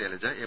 Shailaja M